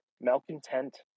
malcontent